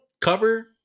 cover